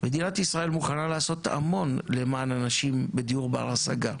מדינת ישראל מוכנה לעשות המון למען אנשים לדיור בר השגה.